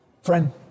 Friend